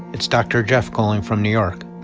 it's dr. jeff calling from new york.